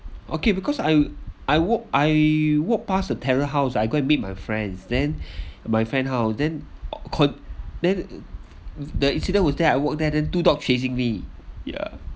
okay because I I walk I walk past the terrace house I go and meet my friends then my friend how then could then the incident was there I walk there than two dogs chasing me ya